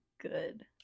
good